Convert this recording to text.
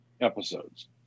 episodes